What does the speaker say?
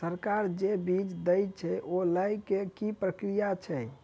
सरकार जे बीज देय छै ओ लय केँ की प्रक्रिया छै?